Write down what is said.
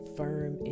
firm